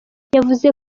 yavuze